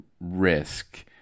risk